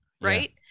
right